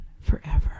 forever